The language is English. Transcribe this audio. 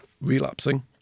relapsing